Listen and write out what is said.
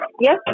yes